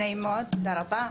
תודה רבה.